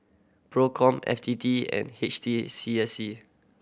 Procom F T T and H T A C I C